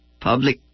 public